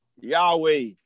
Yahweh